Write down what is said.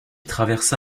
traversa